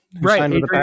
Right